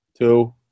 two